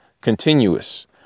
continuous